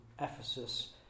Ephesus